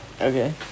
Okay